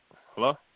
Hello